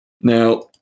now